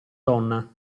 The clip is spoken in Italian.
donna